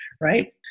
Right